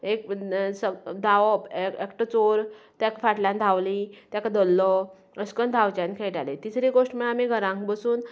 एक धांवप एकटो चोर तेका फाटल्यान धांवलीं तेका धरलो अशें करून धांवच्यांनी खेळटालीं दुसरे गोश्ट म्हळ्यार आमी घरांत बसून